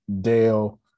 Dale